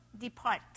depart